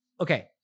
Okay